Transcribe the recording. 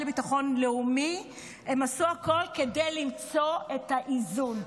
לביטחון לאומי עשו הכול כדי למצוא את האיזון.